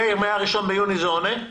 מאיר, מה-1 ביוני זה עונה?